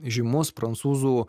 žymus prancūzų